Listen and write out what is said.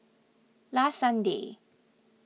last Sunday